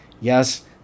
yes